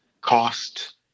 cost